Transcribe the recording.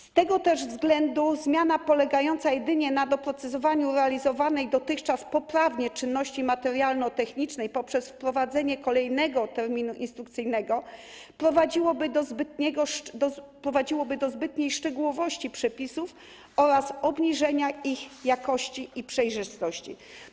Z tego też względu zmiana polegająca jedynie na doprecyzowaniu realizowanej dotychczas poprawnie czynności materialno-technicznej poprzez wprowadzenie kolejnego terminu instrukcyjnego prowadziłaby do zbytniej szczegółowości przepisów oraz obniżenia ich jakości i przejrzystości.